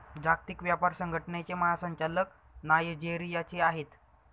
जागतिक व्यापार संघटनेचे महासंचालक नायजेरियाचे आहेत